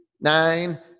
nine